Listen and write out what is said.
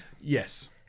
Yes